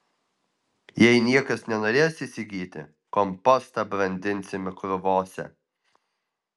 jei niekas nenorės įsigyti kompostą brandinsime krūvose